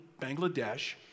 Bangladesh